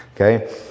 okay